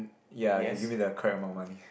ya if you give me the correct amount of money